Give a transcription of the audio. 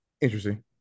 Interesting